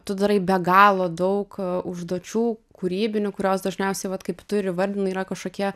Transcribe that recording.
tu darai be galo daug a užduočių kūrybinių kurios dažniausiai vat kaip tu ir įvardinai yra kažkokie